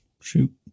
Shoot